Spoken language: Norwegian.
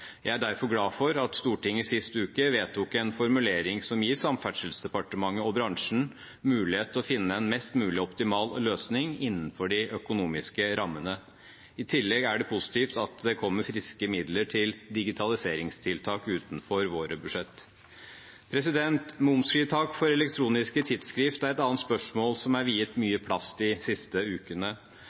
Jeg er derfor glad for at Stortinget sist uke vedtok en formulering som gir Samferdselsdepartementet og bransjen mulighet til å finne en mest mulig optimal løsning innenfor de økonomiske rammene. I tillegg er det positivt at det kommer friske midler til digitaliseringstiltak utenfor våre budsjett. Momsfritak for elektroniske tidsskrift er et annet spørsmål som er viet mye plass de siste ukene.